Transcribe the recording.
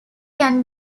can